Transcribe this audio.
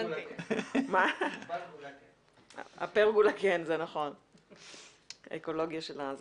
מה ההמלצה שלנו?